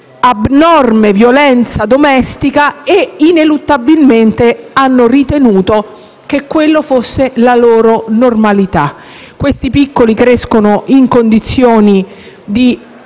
abnorme violenza domestica e ineluttabilmente hanno ritenuto che quella fosse la loro normalità. Questi piccoli crescono in condizioni di